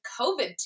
COVID